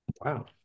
Wow